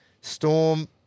Storm